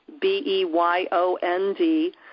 B-E-Y-O-N-D